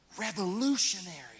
Revolutionary